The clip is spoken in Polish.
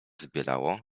zbielało